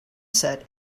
set